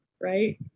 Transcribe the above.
right